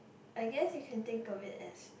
I guess you can think of it as